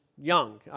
young